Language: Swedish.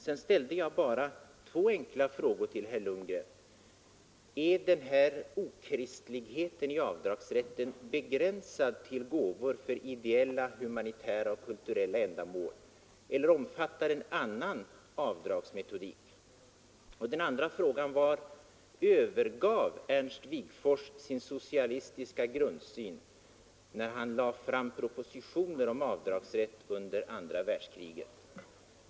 Jag ställde två enkla frågor till herr Lundgren: Är ”okristligheten” i avdragsrätten begränsad till gåvor till ideella, humanitära och kulturella ändamål, eller omfattar den också annan avdragsmetodik? Och övergav Ernst Wigforss sin socialistiska grundsyn när han lade fram propositioner om avdragsrätt?